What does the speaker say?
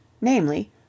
namely